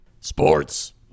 Sports